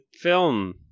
film